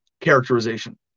characterization